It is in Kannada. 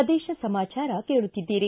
ಪ್ರದೇಶ ಸಮಾಚಾರ ಕೇಳುತ್ತಿದ್ದೀರಿ